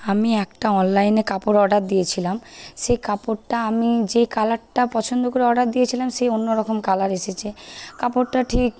আমি একটা অনলাইনে কাপড় অর্ডার দিয়েছিলাম সেই কাপড়টা আমি যে কালারটা পছন্দ করে অর্ডার দিয়েছিলাম সেই অন্যরকম কালার এসেছে কাপড়টা ঠিক